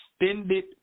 Extended